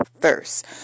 first